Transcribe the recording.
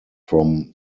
from